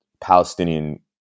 Palestinian